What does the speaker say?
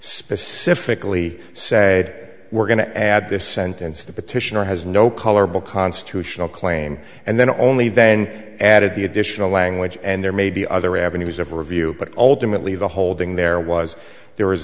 specifically said we're going to add this sentence the petitioner has no color bill constitutional claim and then only then added the additional language and there may be other avenues of review but ultimately the holding there was there was